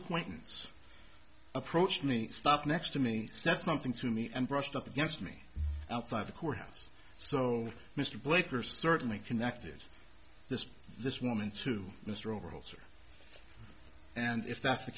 acquaintance approached me stop next to me that's nothing to me and brushed up against me outside the courthouse so mr blipper certainly connected this this woman to mr overholser and if that's the